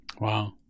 Wow